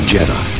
Jedi